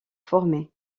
formé